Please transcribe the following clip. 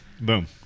Boom